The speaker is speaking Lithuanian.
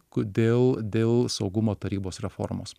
kodėl dėl saugumo tarybos reformos